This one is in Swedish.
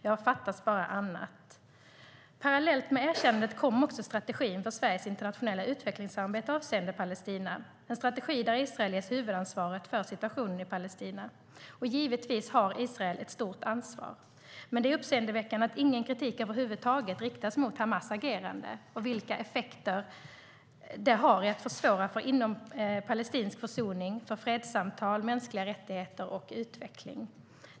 Ja, fattas bara annat! Parallellt med erkännandet kom också strategin för Sveriges internationella utvecklingssamarbete avseende Palestina, en strategi där Israel ges huvudansvaret för situationen i Palestina. Givetvis har Israel ett stort ansvar, men det är uppseendeväckande att ingen kritik över huvud taget riktas mot Hamas agerande och vilka effekter det har när det gäller att försvåra för inompalestinsk försoning, fredssamtal, mänskliga rättigheter och utveckling.